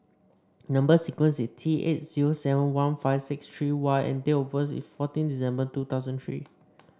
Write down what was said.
number sequence is T eight zero seven one five six three Y and date of birth is fourteen December two thousand three